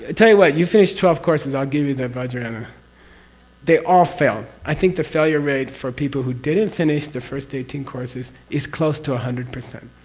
ah tell you what, you finish twelve courses, i'll give you the vajrayana. they all failed! i think the failure rate for people who didn't finish the first eighteen courses is close to hundred percent,